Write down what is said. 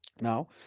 Now